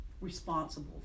responsible